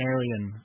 Aryan